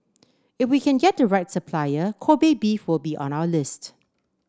if we can get the right supplier Kobe beef will be on our list